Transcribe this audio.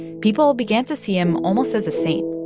people began to see him almost as a saint,